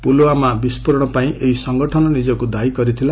ପୁଲୁୱାମା ବିସ୍ଫୋରଣ ପାଇଁ ଏହି ସଂଗଠନ ନିଜକୁ ଦାୟୀ କରିଥିଲା